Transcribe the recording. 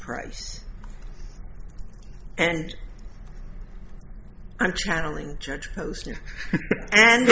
price and i'm channeling judge posner and